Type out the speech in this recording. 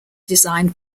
designed